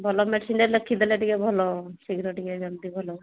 ଭଲ ମେଡ଼ିସିନ୍ୟଟେ ଲେଖିଦେଲେ ଟିକେ ଭଲ ଶୀଘ୍ର ଟିକେ ଯେମିତି ଭଲ